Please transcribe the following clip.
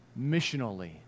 missionally